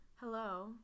hello